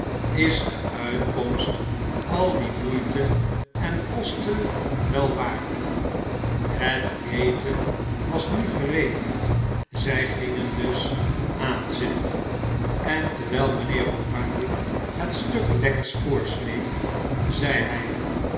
is de uitkomst al die moeite en kosten wel waard het eten was nu gereed zjj gingen dus aanzitten en terwfll mgnheer oranje het stuk lekkers voorsneed zei hij